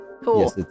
Cool